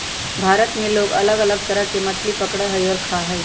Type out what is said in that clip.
भारत में लोग अलग अलग तरह के मछली पकडड़ा हई और खा हई